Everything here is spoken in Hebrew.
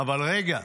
אבל רגע,